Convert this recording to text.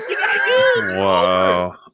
Wow